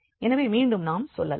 எனவே மீண்டும் நாம் சொல்லலாம்